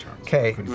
Okay